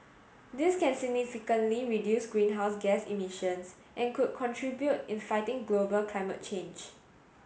this can significantly reduce greenhouse gas emissions and could contribute in fighting global climate change